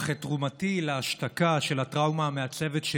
אך את תרומתי להשתקה של הטראומה המעצבת של